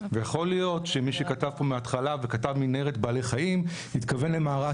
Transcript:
ויכול להיות שמי שכתב פה מהתחלה וכתב מנהרת בעלי חיים התכוון למערת,